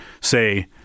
say